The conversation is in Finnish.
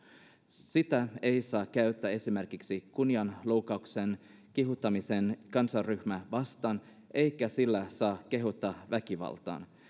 sitä ei saa käyttää esimerkiksi kunnianloukkaukseen kiihottamiseen kansanryhmää vastaan eikä sillä saa kehottaa väkivaltaan